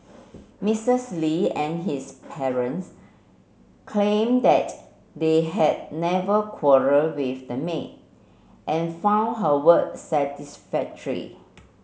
Misses Li and his parents claimed that they had never quarrelled with the maid and found her work satisfactory